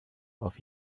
off